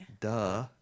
duh